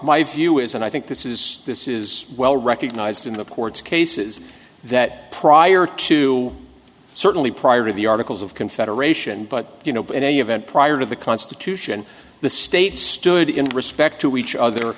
my view is and i think this is this is well recognized in the courts cases that prior to certainly prior to the articles of confederation but you know but in any event prior to the constitution the states stood in respect to each other